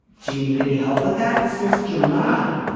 do you need any help with that since july?